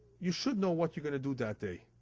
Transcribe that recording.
you should know what you're going to do that day.